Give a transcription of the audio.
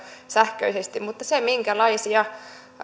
sähköisesti mutta siinä minkälaisia